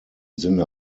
sinne